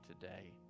today